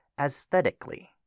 aesthetically